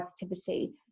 positivity